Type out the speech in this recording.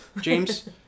James